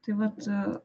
tai vat